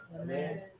Amen